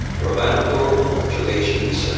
roberto. congratulations,